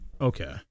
Okay